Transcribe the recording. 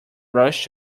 rushed